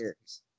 years